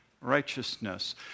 righteousness